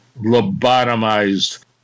lobotomized